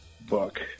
book